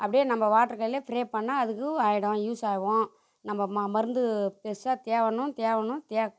அப்படியே நம்ம வாட்ரு கேனில் ஸ்ப்ரே பண்ணா அதுக்கு ஆயிடும் யூஸ் ஆகும் நம்ம ம மருந்து பெருசாக தேவைனும் தேவைனும் தே